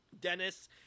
Dennis